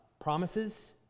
promises